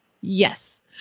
yes